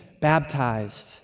baptized